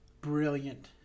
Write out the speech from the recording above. brilliant